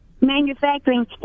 manufacturing